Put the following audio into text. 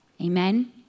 Amen